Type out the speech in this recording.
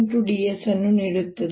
ds ಅನ್ನು ನೀಡುತ್ತದೆ